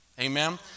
Amen